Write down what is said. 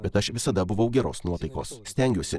bet aš visada buvau geros nuotaikos stengiuosi